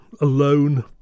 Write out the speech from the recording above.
alone